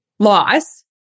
loss